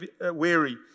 weary